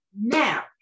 Now